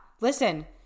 listen